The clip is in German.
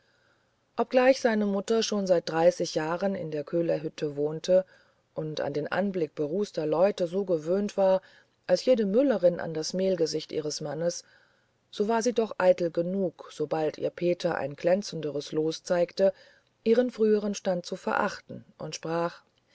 obgleich seine mutter schon seit dreißig jahren in der köhlerhütte wohnte und an den anblick berußter leute so gewöhnt war als jede müllerin an das mehlgesicht ihres mannes so war sie doch eitel genug sobald ihr peter ein glänzenderes los zeigte ihren früheren stand zu verachten und sprach